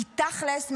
כי תכלס,